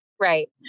Right